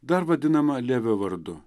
dar vadinama levio vardu